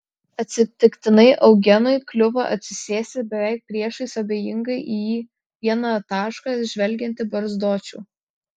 atsitiktinai eugenui kliuvo atsisėsti beveik priešais abejingai į vieną tašką žvelgiantį barzdočių